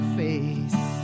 face